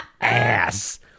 ass